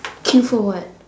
K for what